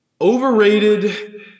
Overrated